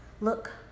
look